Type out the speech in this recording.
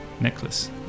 necklace